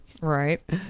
Right